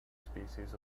species